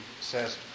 says